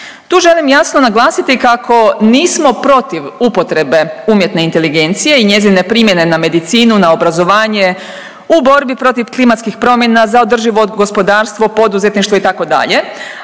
Tu želim jasno naglasiti kako nismo protiv upotrebe umjetne inteligencije i njezine primjene na medicinu, na obrazovanje, u borbi protiv klimatskih promjena, za održivo gospodarstvo, poduzetništvo itd.